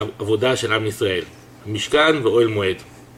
עבודה של עם ישראל, משכן ואוהל מועד